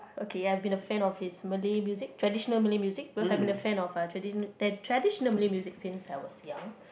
okay I've been a fan of his Malay music traditional Malay music because I've been a fan of uh that traditional Malay music since I was young